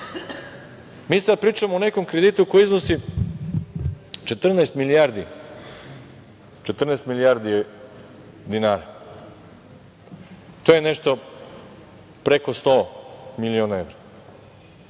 sada pričamo o nekom kreditu koji iznosi 14 milijardi dinara. To je nešto preko sto miliona evra.